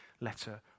letter